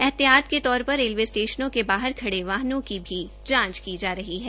एहतियात के तौर पर रेलवे स्टेशनों के बाहर खड़े वाहनों की जांच की जा रही है